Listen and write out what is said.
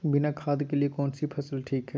बिना खाद के लिए कौन सी फसल ठीक है?